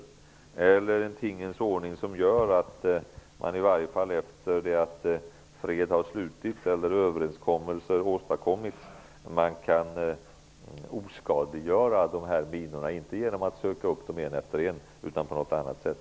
Det är en tingens ordning som gör att man, i alla fall efter att fred har slutits eller när överenskommelser har åstadkommits, kan oskadliggöra minorna. Men det kan inte göras genom att man söker upp dem en efter en utan det måste ske på annat sätt.